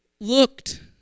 looked